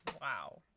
Wow